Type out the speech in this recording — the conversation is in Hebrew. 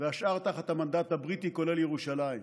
והשאר תחת המנדט הבריטי, כולל ירושלים.